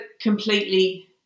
completely